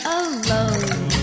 alone